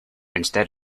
instead